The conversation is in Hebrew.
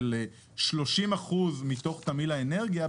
של 30 אחוזים מתוך תמהיל האנרגיה,